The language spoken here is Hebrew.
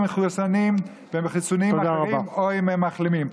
מחוסנים בחיסונים אחרים או אם הם מחלימים.